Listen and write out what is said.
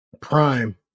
Prime